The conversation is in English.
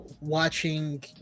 watching